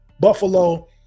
Buffalo